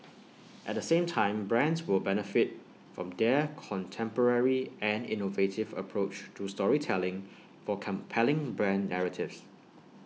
at the same time brands will benefit from their contemporary and innovative approach to storytelling for compelling brand narratives